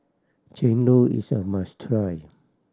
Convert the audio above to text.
chendol is a must try